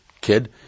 kid